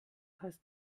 heißt